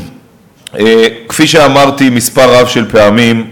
כפי שאמרתי מספר רב של פעמים,